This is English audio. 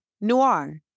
Noir